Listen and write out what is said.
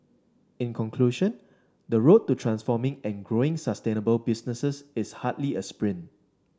in conclusion the road to transforming and growing sustainable businesses is hardly a sprint